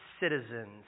citizens